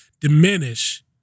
diminish